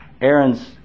Aaron's